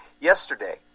yesterday